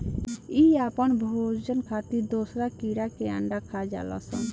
इ आपन भोजन खातिर दोसरा कीड़ा के अंडा खा जालऽ सन